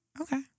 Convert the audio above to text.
Okay